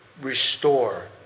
restore